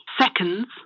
seconds